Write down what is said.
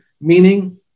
meaning